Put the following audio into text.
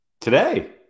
Today